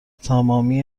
تمامی